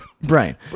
Brian